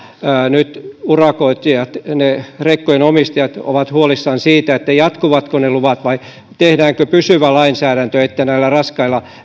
nyt urakoitsijat ne rekkojen omistajat ovat huolissaan jatkuvatko ne luvat vai tehdäänkö pysyvä lainsäädäntö että näillä raskailla